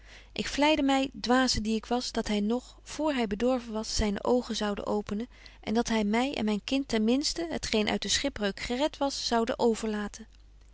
ik vleidde my dwaze die ik was dat hy nog vr hy bedorven was zyne oogen zoude openen en dat hy my en myn kind ten minsten het geen uit de schipbreuk gered was zoude overlaten